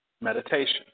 meditation